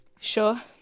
Sure